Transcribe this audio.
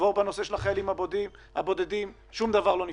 עבור בנושא של החיילים הבודדים שום דבר לא נפתר.